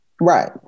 Right